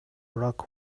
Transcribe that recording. rock